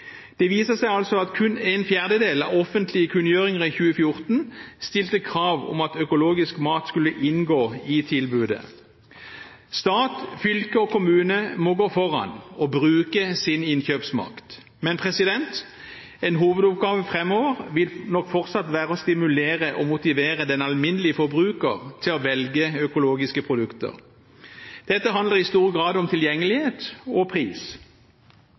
Det viser seg altså at kun en fjerdedel av offentlige kunngjøringer i 2014 stilte krav om at økologisk mat skulle inngå i tilbudet. Stat, fylke og kommune må gå foran og bruke sin innkjøpsmakt. Men en hovedoppgave framover vil nok fortsatt være å stimulere og motivere den alminnelige forbruker til å velge økologiske produkter. Dette handler i stor grad om tilgjengelighet og pris.